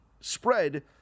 spread